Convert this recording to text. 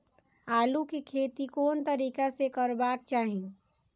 आलु के खेती कोन तरीका से करबाक चाही?